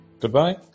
Goodbye